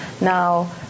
now